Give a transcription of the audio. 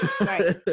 Right